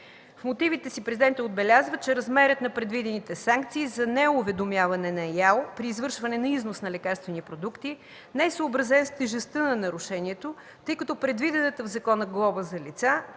в мотивите си Президентът отбелязва, че размерът на предвидените санкции за неуведомяване на ИАЛ при извършване на износ на лекарствени продукти не е съобразен с тежестта на нарушението, тъй като предвидената в закона глоба за лица,